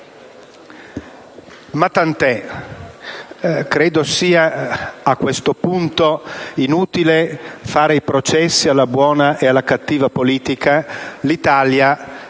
Ma tant'è: a questo punto ritengo inutile fare i processi alla buona e alla cattiva politica.